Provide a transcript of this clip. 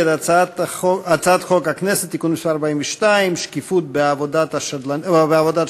את הצעת חוק הכנסת (תיקון מס' 42) (שקיפות בעבודת שדלנים),